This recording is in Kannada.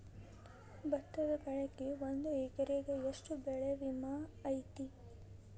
ಭತ್ತದ ಬೆಳಿಗೆ ಒಂದು ಎಕರೆಗೆ ಎಷ್ಟ ಬೆಳೆ ವಿಮೆ ಐತಿ?